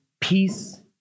peace